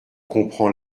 comprends